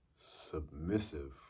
submissive